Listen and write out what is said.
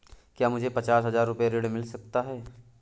क्या मुझे पचास हजार रूपए ऋण मिल सकता है?